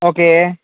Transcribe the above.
okay